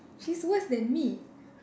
she's worst than me